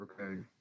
Okay